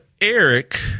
Eric